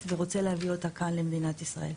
ורוצה להביא אותה כאן למדינת ישראל.